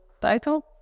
title